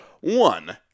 One